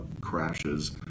crashes